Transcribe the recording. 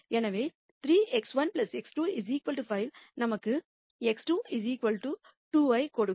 எனவே 3 x1 x2 5 நமக்கு x2 2 ஐக் கொடுக்கும்